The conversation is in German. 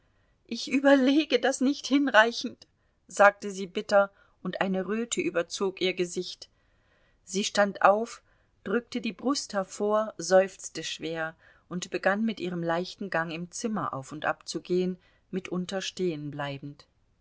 ich überlege das nicht hinreichend sagte sie bitter und eine röte überzog ihr gesicht sie stand auf drückte die brust hervor seufzte schwer und begann mit ihrem leichten gang im zimmer auf und ab zu gehen mitunter